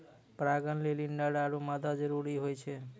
परागण लेलि नर आरु मादा जरूरी होय छै